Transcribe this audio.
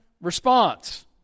response